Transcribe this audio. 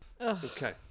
Okay